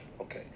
Okay